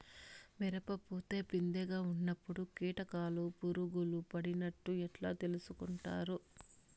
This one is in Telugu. మిరప పూత పిందె గా ఉన్నప్పుడు కీటకాలు పులుగులు పడినట్లు ఎట్లా తెలుసుకుంటావు?